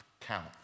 count